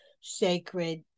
sacred